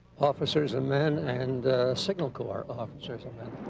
officers and men, and signal corps officers and men.